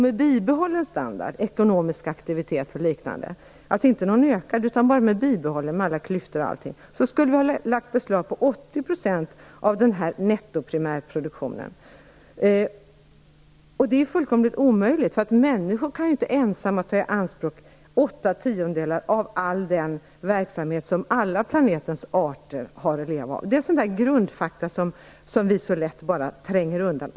Med bibehållen standard, ekonomisk aktivitet och liknande - alltså inte någon ökad standard, utan bara bibehållen, med alla klyftor och allting - skulle vi ha lagt beslag på 80 % av den här nettoprimärproduktionen. Det är fullkomligt omöjligt. Människor kan inte ensamma ta i anspråk åtta tiondelar av all den verksamhet som alla planetens arter har att leva av. Det är sådana grundfakta som vi så lätt bara tränger undan.